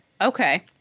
Okay